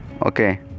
okay